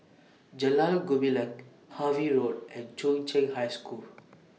Jalan Gumilang Harvey Road and Chung Cheng High School